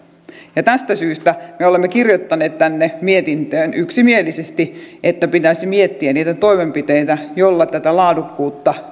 ja tästä syystä me olemme kirjoittaneet tänne mietintöön yksimielisesti että pitäisi miettiä niitä toimenpiteitä joilla tätä laadukkuutta